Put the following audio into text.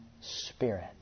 spirit